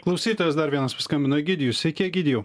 klausytojas dar vienas paskambino egidijus sveiki egidijau